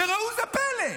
וראו זה פלא,